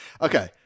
Okay